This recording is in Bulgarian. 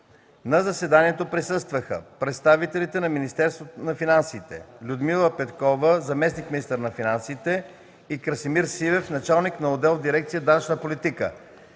На заседанието присъстваха: представителите на Министерството на финансите: Людмила Петкова – заместник-министър на финансите и Красимир Сивев – началник на отдел в дирекция „Данъчна политика”;